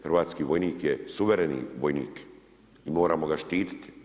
Hrvatski vojnik je suvremeni vojnik i moramo ga štiti.